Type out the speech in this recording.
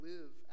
live